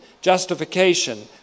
justification